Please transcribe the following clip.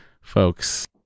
folks